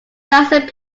thousand